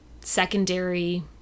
secondary